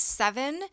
seven